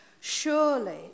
Surely